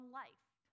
life